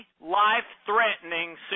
life-threatening